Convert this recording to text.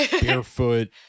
barefoot